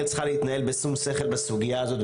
צריכה להתנהל בשום שכל בסוגיה הזאת,